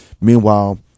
Meanwhile